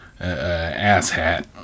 asshat